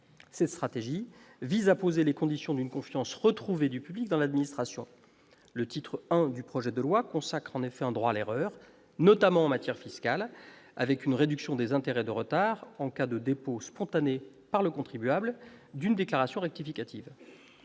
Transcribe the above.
Cette stratégie vise à poser les conditions d'une confiance retrouvée du public dans l'administration. Le titre Idu projet de loi consacre en effet un droit à l'erreur, notamment en matière fiscale, avec une réduction des intérêts de retard en cas de dépôt spontané par le contribuable d'une déclaration rectificative.